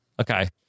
okay